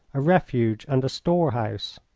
a refuge, and a store-house.